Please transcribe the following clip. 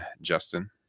Justin